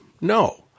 No